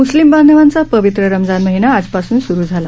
म्स्लिम बांधवांचा पवित्र रमजान महिना आजपासून सुरू झाला